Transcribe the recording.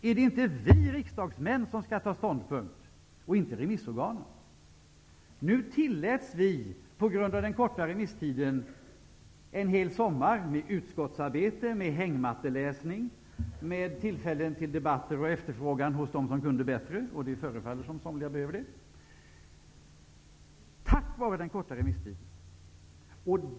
Är det inte vi riksdagsmän som skall ta ställning -- och inte remissorganen? Nu tilläts vi en hel sommar med utskottsarbete, med hängmatteläsning, med tillfällen till debatter och frågor till dem som kunde bättre -- och det förefaller som om somliga behövde det -- tack vare den korta remisstiden.